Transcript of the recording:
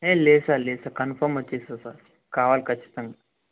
ఏ లేదు సార్ లేదు sir confirm వచ్చేస్తాను సార్ కావాలి ఖచ్చితంగా